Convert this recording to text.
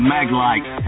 Maglite